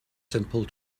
simple